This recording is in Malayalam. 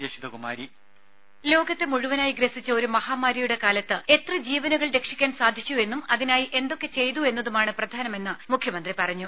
ദ്ദേ ലോകത്തെ മുഴുവനായി ഗ്രസിച്ച ഒരു മഹാമാരിയുടെ കാലത്ത് എത്ര ജീവനുകൾ രക്ഷിക്കാൻ സാധിച്ചു എന്നും അതിനായി എന്തൊക്കെ ചെയ്തു എന്നതുമാണ് പ്രധാനമെന്ന് മുഖ്യമന്ത്രി പറഞ്ഞു